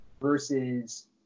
versus